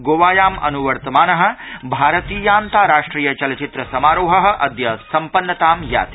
गोवायां अन्वर्तमानः भारतीयान्ताराष्ट्रिय चलचित्र समारोहः अद्य सम्पन्नतां याति